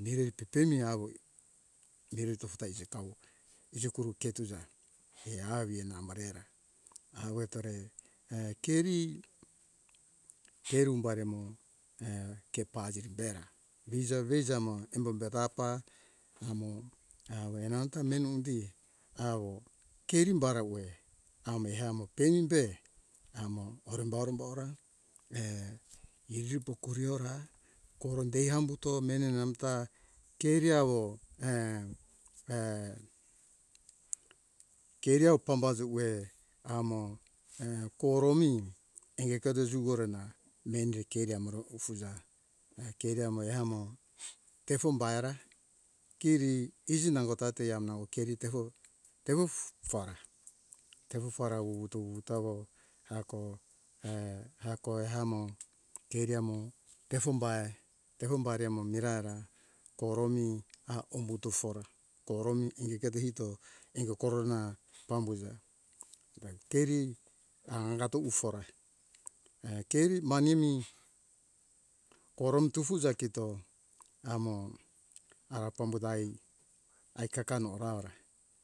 mirere pepemi awo mire tofuta ijekawo jikuru ketuza ehavi namorera awo etore e keri kerum barimo ke paziri bera miza vieza mo embo be tapa amo awena nanta menu hundi awo keriem bara uwe ame amo peimbe amo horumbo horumbo ora iripo koriora kurumbe hambuto mene namta keriawo keriau pambajoe uwe amo e koroumi ange kato juorena mende keri amoro ufuja keriamo e amo kefo baera kiri iji nangota te amnau keri tefo keufa teufa ra wuwuto wuwutoro hako hakoe hamo keri amo tefo bai tefo bare mo miraira koromi aumbuto fora koromi inigeto ito ingo korona pambuza keri a angato ufora a keri manimi korom tufuja kito amo a pambadai aikakano raura